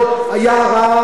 הורידו את הערר,